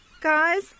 Guys